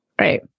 Right